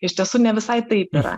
iš tiesų ne visai taip yra